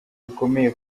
bikomeye